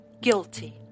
Guilty